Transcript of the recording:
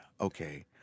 Okay